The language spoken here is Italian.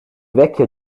vecchia